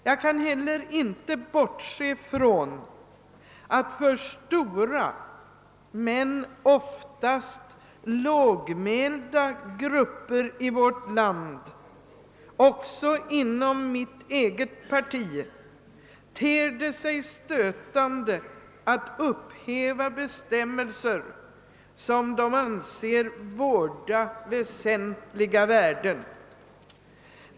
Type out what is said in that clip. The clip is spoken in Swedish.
Jag kan inte heller bortse från att för stora men oftast lågmälda grupper i vårt land — också inom mitt eget parti — ter det sig stötande att upphäva bestämmelser som de anser vårda väsentliga värden.